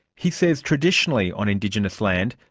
he says traditionally on indigenous land,